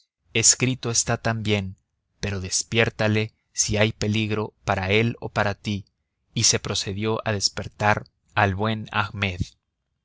escrito está también pero despiértale si hay peligro para él o para ti y se procedió a despertar al buen ahmed